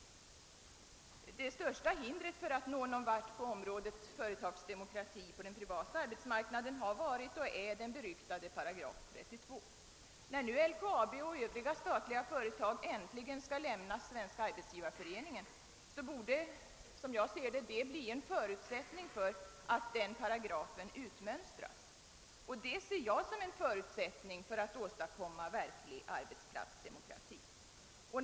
Det största hindret för att nå någon vart på området företagsdemokrati på den privata arbetsmarknaden har varit och är den beryktade 8 32. När nu LKAB och övriga statliga företag äntligen skall lämna Svenska arbetsgivareföreningen borde, som jag ser det, detta bli en förutsättning för att den paragrafen utmönstras; det anser jag vara en förutsättning för att åstadkomma verklig arbetsplatsdemokrati.